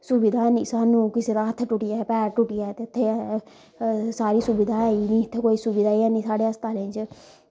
सुविधा ई नी स्हानू किसे दा हत्थ टुट्टी जाए पैर टुट्टी जाए ते इत्थे सारी सुविधा है ई नी इत्थें कोई सुविधा ई नी साढ़े हस्तालें च